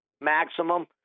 maximum